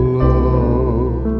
love